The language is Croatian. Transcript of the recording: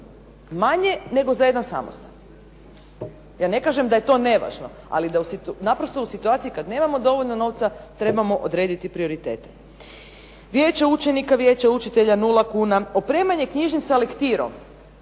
manje nego za jedan samostan. Ja ne kažem da je to nevažno ali da naprosto u situaciji kad nemamo dovoljno novca trebamo odrediti prioritete. Vijeće učenika, vijeće učitelja nula kuna. Opremanje knjižnica lektirom